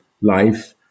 life